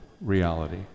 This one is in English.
reality